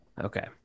Okay